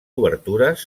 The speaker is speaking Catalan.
obertures